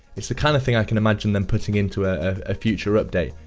it's the kind of thing i can imagine them putting into a ah future update.